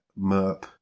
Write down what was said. MERP